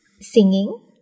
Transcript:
singing